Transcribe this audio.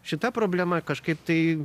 šita problema kažkaip tai